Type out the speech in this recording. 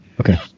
Okay